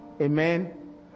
Amen